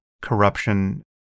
corruption